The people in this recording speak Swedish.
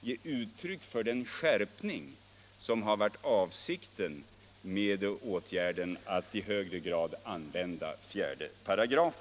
ge uttryck för den skärpning som har varit avsikten med åtgärden att i högre grad använda 4§.